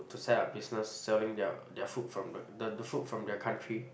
to set up business selling their their food from the the the food from their country